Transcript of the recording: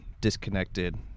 disconnected